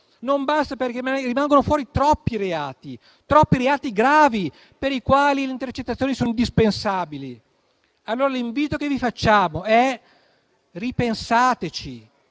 non basta, perché rimangono fuori troppi reati gravi per i quali le intercettazioni sono indispensabili. L'invito che vi facciamo è di ripensarci: